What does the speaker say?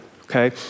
okay